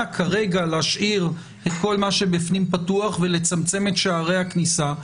כרגע להשאיר את כל מה שבפנים פתוח ולצמצם את שערי הכניסה,